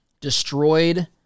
destroyed